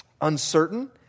uncertain